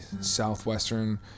southwestern